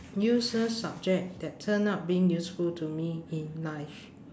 useless subject that turned out being useful to me in life